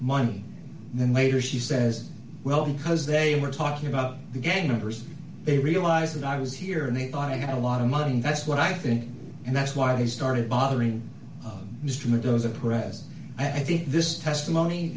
mine and then later she says well because they were talking about the gang members they realized that i was here and they thought i had a lot of money and that's what i think and that's why they started bothering mr meadows oppressed i think this testimony